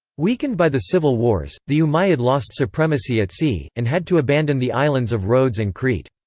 weakened by the civil wars, the umayyad lost supremacy at sea, and had to abandon the islands of rhodes and crete.